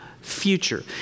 future